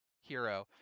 hero